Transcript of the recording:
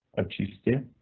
but she still.